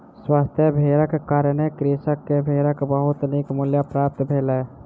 स्वस्थ भेड़क कारणें कृषक के भेड़क बहुत नीक मूल्य प्राप्त भेलै